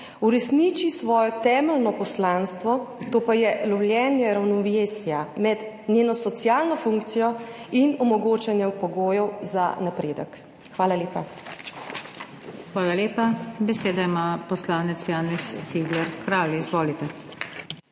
uresniči svoje temeljno poslanstvo, to pa je lovljenje ravnovesja med njeno socialno funkcijo in omogočanje pogojev za napredek. Hvala lepa. **PODPREDSEDNICA NATAŠA SUKIČ:** Hvala lepa. Besedo ima poslanec Janez Cigler Kralj. Izvolite.